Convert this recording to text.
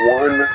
one